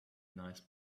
nice